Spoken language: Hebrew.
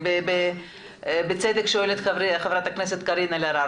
בצדק שואלת ח"כ קארין אלהרר.